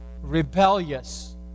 rebellious